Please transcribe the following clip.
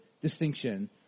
distinction